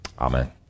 amen